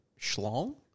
Schlong